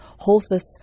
Holthus